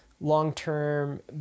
long-term